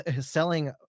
selling